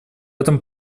этом